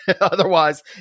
Otherwise